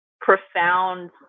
profound